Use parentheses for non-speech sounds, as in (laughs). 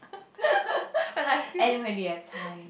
(laughs) when I feel